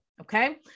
okay